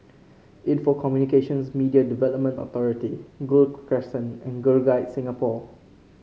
Info Communications Media Development Authority Gul Crescent and Girl Guides Singapore